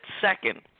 second